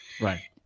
Right